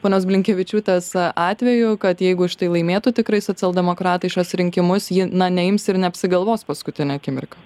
ponios blinkevičiūtės atveju kad jeigu šitai laimėtų tikrai socialdemokratai šiuos rinkimus ji na neims ir neapsigalvos paskutinę akimirką